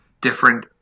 different